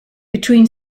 between